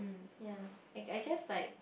ya I I guess like